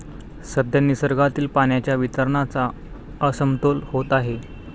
सध्या निसर्गातील पाण्याच्या वितरणाचा असमतोल होत आहे